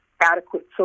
adequate